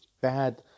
bad